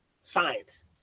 science